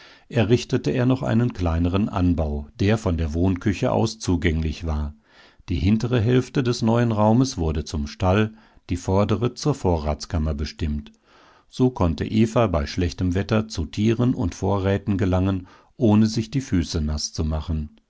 errichtete er noch einen kleineren anbau der von der wohnküche aus zugänglich war die hintere hälfte des neuen raumes wurde zum stall die vordere zur vorratskammer bestimmt so konnte eva bei schlechtem wetter zu tieren und vorräten gelangen ohne sich die füße naß zu machen